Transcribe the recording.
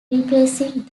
replacing